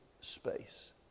space